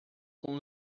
com